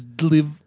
live